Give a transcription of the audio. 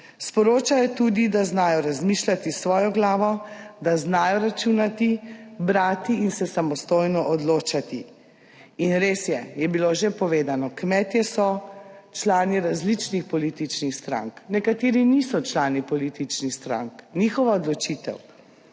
Sporočajo tudi, da znajo razmišljati s svojo glavo, da znajo računati, brati in se samostojno odločati in res je, je bilo že povedano, kmetje so člani različnih političnih strank, nekateri niso člani političnih strank, njihova odločitev.